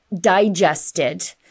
digested